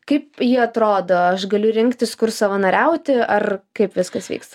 kaip ji atrodo aš galiu rinktis kur savanoriauti ar kaip viskas vyksta